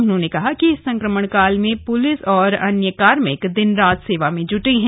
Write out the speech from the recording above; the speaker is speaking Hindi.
उन्होंने कहा कि इस सं क्र मण काल में पुलिस और अन्य कार्मिक दिन रात सेवा में जुटे है